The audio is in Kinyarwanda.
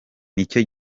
nicyo